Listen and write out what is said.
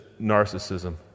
Narcissism